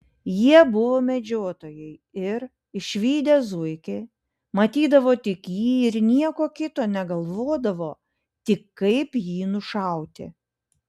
jie buvo medžiotojai ir išvydę zuikį matydavo tik jį ir nieko kito negalvodavo tik kaip jį nušauti